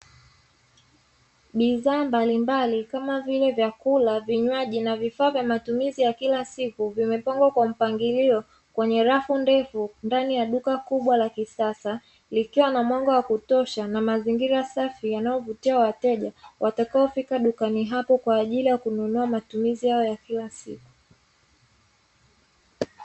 Bidhaa mbalimbali kama vile: vyakula, vinywaji na vifaa vya matumizi ya kila siku, vimepangwa kwa mpangilio kwenye rafu ndefu ndani ya duka kubwa la kisasa, likiwa na mwanga wa kutosha na mazingira safi yanayovutia wateja watakaofika dukani hapo kwa ajili ya kununua matumizi yao ya kila siku.